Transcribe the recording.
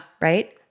Right